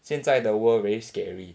现在的 world very scary